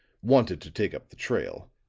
wanted to take up the trail.